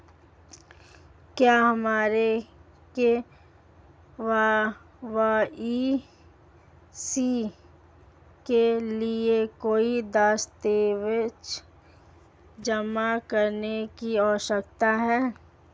क्या हमें के.वाई.सी के लिए कोई दस्तावेज़ जमा करने की आवश्यकता है?